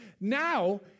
Now